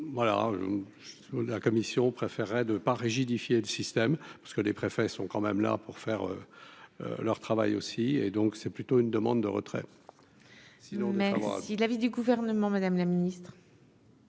la Commission préféreraient de pas rigidifier le système parce que les préfets sont quand même là pour faire leur travail aussi et donc c'est plutôt une demande de retrait